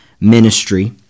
ministry